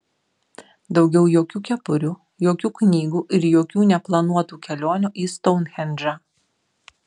daugiau jokių kepurių jokių knygų ir jokių neplanuotų kelionių į stounhendžą